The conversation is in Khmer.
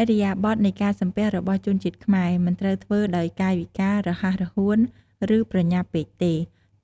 ឥរិយាបថនៃការសំពះរបស់ជនជាតិខ្មែរ មិនត្រូវធ្វើដោយកាយវិការរហ័សរហួន ឬប្រញាប់ពេកទេ